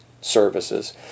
services